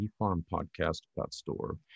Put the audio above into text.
eFarmPodcast.store